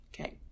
Okay